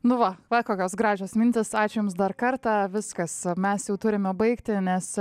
nu va va kokios gražios mintys ačiū jums dar kartą viskas mes jau turime baigti nes